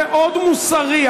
מאוד מוסרי.